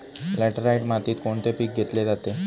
Laterite मातीत कोणते पीक घेतले जाते?